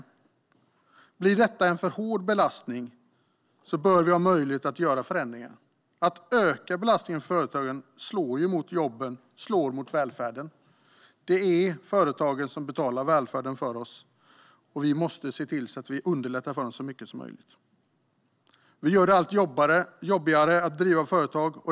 Om detta leder till en för stor belastning bör vi ha möjlighet att göra förändringar. Ökad belastning på företagen slår mot jobben och mot välfärden. Det är företagen som betalar för vår välfärd. Vi måste se till att underlätta för dem så mycket som möjligt. Vi gör det allt jobbigare att driva företag.